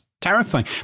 Terrifying